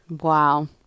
Wow